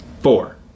four